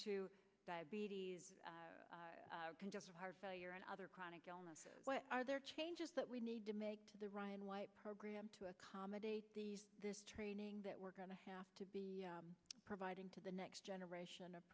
to diabetes congestive heart failure and other chronic illnesses are there changes that we need to make to the ryan white program to accommodate this training that we're going to have to be providing to the next generation of